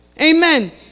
Amen